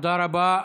תודה רבה.